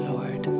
Lord